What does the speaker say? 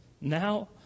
now